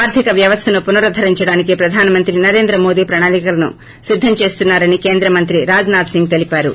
ఆర్దిక వ్యవస్థను పునరుద్దరించడానికి ప్రధానమంత్రి నరేంద్ర మోడీ ప్రణాళికలను సిద్గం చేస్తున్నా రని కేంద్ర మంత్రి రాజనాథ్ సింగ్ తెలిపారు